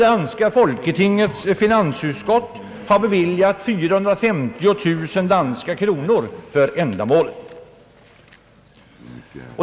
Danska folketingets finansutskott har beviljat 450 000 danska kronor för ändamålet.